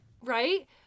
Right